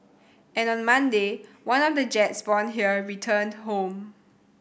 and on Monday one of the jets born here returned home